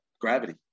gravity